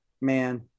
man